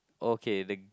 okay the